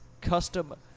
custom